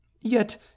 Yet